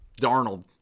Darnold